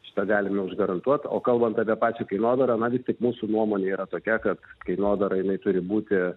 šitą galime užgarantuot o kalbant apie pačią kainodarą na vis tik mūsų nuomonė yra tokia kad kainodara jinai turi būti